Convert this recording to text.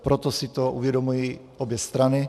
Proto si to uvědomují obě strany.